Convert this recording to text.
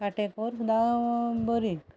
कांटेकोर सुद्दां बरी